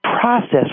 process